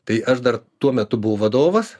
tai aš dar tuo metu buvo vadovas